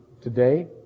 today